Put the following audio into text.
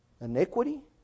iniquity